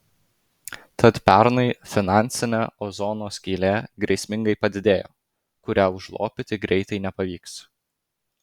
tad pernai finansinė ozono skylė grėsmingai padidėjo kurią užlopyti greitai nepavyks